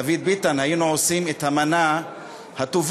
דוד ביטן, היינו עושים את המנה הטובה.